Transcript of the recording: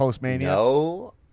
no